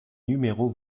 numéro